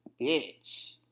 bitch